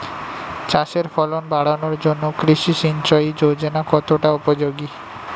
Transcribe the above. চাষের ফলন বাড়ানোর জন্য কৃষি সিঞ্চয়ী যোজনা কতটা উপযোগী?